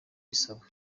isaba